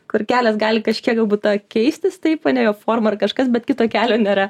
kur kelias gali kažkiek galbūt a keistis taip ane jo forma ar kažkas bet kito kelio nėra